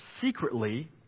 secretly